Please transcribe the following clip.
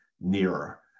nearer